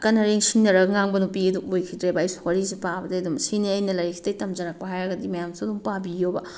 ꯑꯀꯟ ꯑꯔꯤꯡ ꯁꯤꯡꯅꯔꯒ ꯉꯥꯡꯕ ꯅꯨꯄꯤ ꯑꯗꯣ ꯑꯣꯏꯈꯤꯗ꯭ꯔꯦꯕ ꯑꯩꯁꯨ ꯋꯥꯔꯤꯁꯦ ꯄꯥꯕꯗꯒꯤ ꯑꯗꯨꯝ ꯁꯤꯅꯦ ꯑꯩꯅ ꯂꯥꯏꯔꯤꯛꯁꯤꯗꯒꯤ ꯇꯝꯖꯔꯛꯄ ꯍꯥꯏꯔꯒꯗꯤ ꯃꯌꯥꯝꯁꯨ ꯑꯗꯨꯝ ꯄꯥꯕꯤꯌꯣꯕ